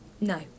No